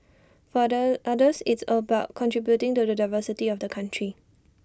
for other others it's about contributing to the diversity of the country